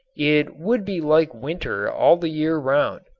it would be like winter all the year round.